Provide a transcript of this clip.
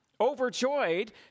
Overjoyed